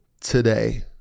today